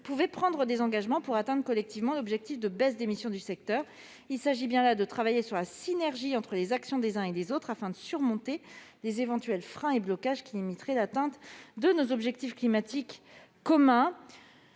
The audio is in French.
pouvaient prendre des engagements pour atteindre collectivement l'objectif de baisses d'émissions du secteur. Il s'agit bien là de travailler sur la synergie entre les actions des uns et des autres, afin de surmonter les éventuels freins et blocages qui limiteraient l'atteinte de nos objectifs climatiques communs.